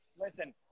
Listen